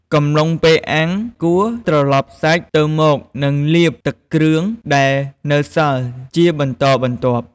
កំឡុងពេលអាំង គួរត្រឡប់សាច់ទៅមកនិងលាបទឹកគ្រឿងដែលនៅសល់ជាបន្តបន្ទាប់។